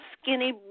skinny